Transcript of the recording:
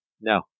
No